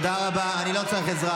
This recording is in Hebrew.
אתה לא תגיד לי לעוף.